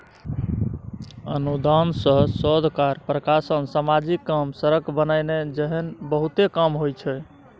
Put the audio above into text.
अनुदान सँ शोध कार्य, प्रकाशन, समाजिक काम, सड़क बनेनाइ जेहन बहुते काम होइ छै